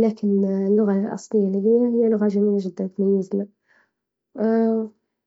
لكن اللغة الأصلية هي لغة جميلة جدا تميزنا.